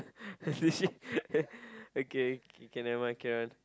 did she okay K never mind carry on